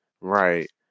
Right